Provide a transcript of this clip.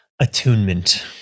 attunement